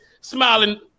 smiling